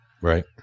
Right